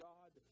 God